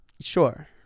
Sure